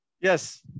Yes